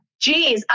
Jeez